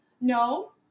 no